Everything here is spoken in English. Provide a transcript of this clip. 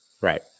Right